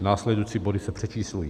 Následující body se přečíslují.